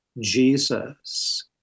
Jesus